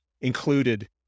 included